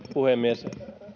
puhemies